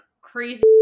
crazy